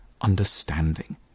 understanding